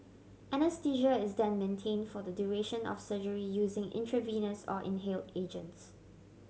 anaesthesia is then maintain for the duration of surgery using intravenous or inhaled agents